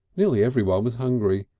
nearly everyone was hungry,